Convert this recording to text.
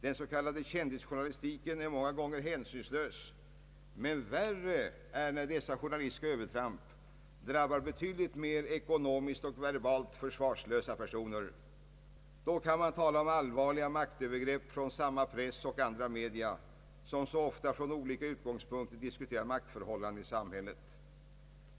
Den s.k. ”kändisjournalistiken” är många gånger hänsynslös, men värre är när dessa journalistiska övertramp drabbar ekonomiskt och verbalt betydligt mer försvarslösa personer. Då kan man tala om allvarliga maktövergrepp från samma press och andra media som så ofta från olika utgångspunkter diskuterar maktförhållandena i samhället.